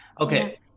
Okay